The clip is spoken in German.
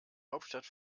hauptstadt